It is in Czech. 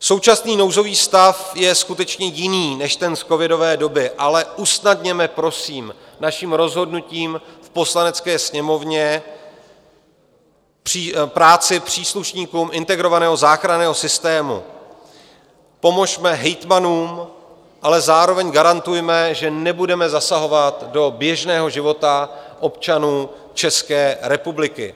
Současný nouzový stav je skutečně jiný než ten v covidové době, ale usnadněme prosím naším rozhodnutím Poslanecké sněmovně práci příslušníků integrovaného záchranného systému, pomozme hejtmanům, ale zároveň garantujme, že nebudeme zasahovat do běžného života občanů České republiky.